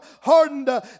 hardened